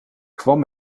kwam